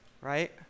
right